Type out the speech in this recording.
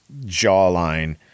jawline